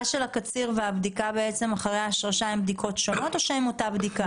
הקציר והבדיקה אחרי ההשרשה הן בדיקות שונות או שזה אותה בדיקה?